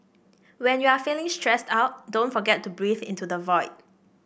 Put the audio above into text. when you are feeling stressed out don't forget to breathe into the void